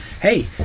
Hey